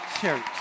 church